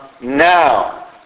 now